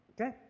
Okay